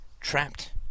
trapped